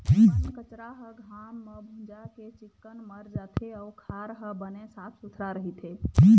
बन कचरा ह घाम म भूंजा के चिक्कन मर जाथे अउ खार ह बने साफ सुथरा रहिथे